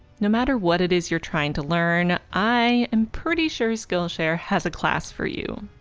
no matter what it is you're trying to learn, i am pretty sure skillshare has a class for you.